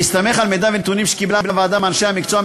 בהסתמך על מידע ונתונים שקיבלה הוועדה מאנשי המקצוע,